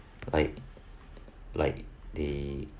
like like they